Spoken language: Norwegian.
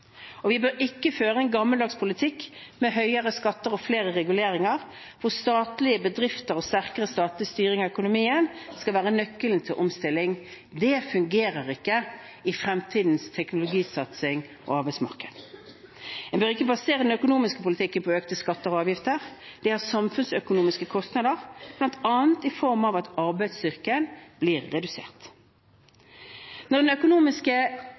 selv. Vi bør ikke føre en gammeldags politikk med høyere skatter og flere reguleringer der statlige bedrifter og sterkere statlig styring av økonomien skal være nøkkelen til omstilling. Det fungerer ikke i fremtidens teknologisatsing og arbeidsmarked. En bør ikke basere den økonomiske politikken på økte skatter og avgifter. Det har samfunnsøkonomiske kostnader, bl.a. i form av at arbeidsstyrken blir redusert. Når den økonomiske